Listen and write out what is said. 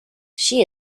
she